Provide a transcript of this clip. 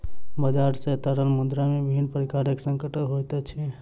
बजार सॅ तरल मुद्रा में विभिन्न प्रकारक संकट होइत अछि